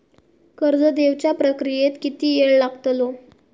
कर्ज देवच्या प्रक्रियेत किती येळ लागतलो?